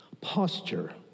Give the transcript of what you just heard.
posture